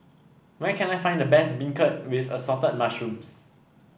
where can I find the best beancurd with Assorted Mushrooms